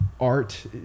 art